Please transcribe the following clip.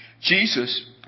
Jesus